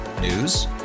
News